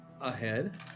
ahead